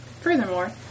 Furthermore